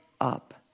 up